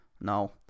No